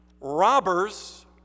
robbers